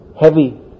heavy